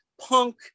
punk